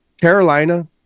Carolina